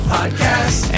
Podcast